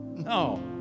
No